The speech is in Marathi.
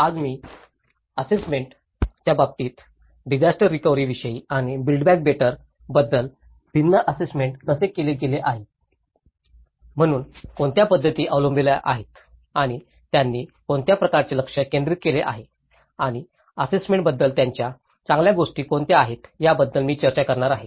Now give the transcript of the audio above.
आज मी असेसमेंट च्या बाबतीत डिजास्टर रिकव्हरी विषयी आणि बिल्ड बॅक बेटर बद्दल भिन्न असेसमेंट कसे केले गेले आहे म्हणून कोणत्या पद्धती अवलंबल्या आहेत आणि त्यांनी कोणत्या प्रकारचे लक्ष केंद्रित केले आहे आणि असेसमेंट बद्दल चांगल्या गोष्टी कोणत्या आहेत याबद्दल मी चर्चा करणार आहे